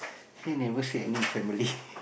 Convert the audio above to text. actually never say any family